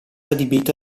adibito